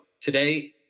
today